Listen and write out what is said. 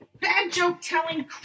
bad-joke-telling